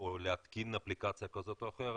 או להתקין אפליקציה כזו או אחרת,